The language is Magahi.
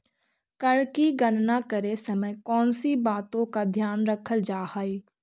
कर की गणना करे समय कौनसी बातों का ध्यान रखल जा हाई